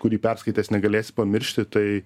kurį perskaitęs negalėsi pamiršti tai